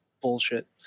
bullshit